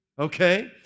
okay